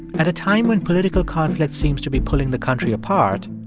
at a time when political conflict seems to be pulling the country apart,